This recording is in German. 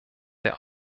der